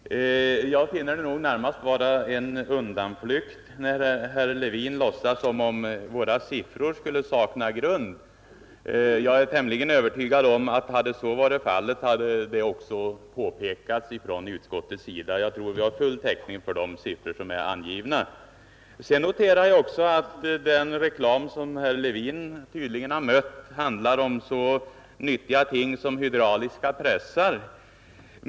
Herr talman! Jag finner det närmast vara en undanflykt när herr Levin låtsas som om våra siffror skulle sakna grund. Hade så varit fallet, hade det säkert också påpekats från utskottets sida. Jag anser att vi har full täckning för de siffror som är angivna. Sedan noterar jag också att den reklam som herr Levin har mött tydligen handlar om så nyttiga ting som hydrauliska pressar.